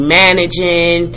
managing